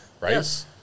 Right